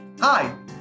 Hi